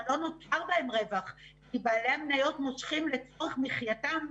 אם עד התיקון הנישומים היו לוקחים הלוואות מהחברות והיה מאוד קשה לעקוב,